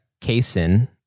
casein